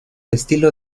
estilo